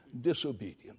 disobedience